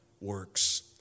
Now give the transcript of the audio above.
works